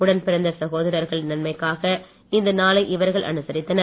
உடன்பிறந்த சகோதரர்கள் நன்மைக்காக இந்த நாளை இவர்கள் அனுசரித்தனர்